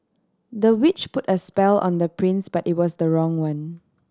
the witch put a spell on the prince but it was the wrong one